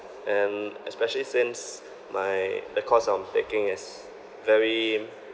and especially since my the course I'm taking is very